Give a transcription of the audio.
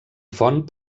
font